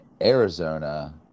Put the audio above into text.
Arizona